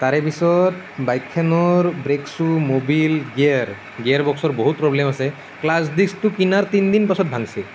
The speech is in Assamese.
তাৰে পিছত বাইকখনৰ ব্ৰেকছো মবিল গিয়েৰ গিয়েৰ বষ্কৰ বহুত প্ৰব্লেম আছে ক্লাছ ডিষ্কটো কিনাৰ তিনিদিন পিছত ভাঙিছে